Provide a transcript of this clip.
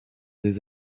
des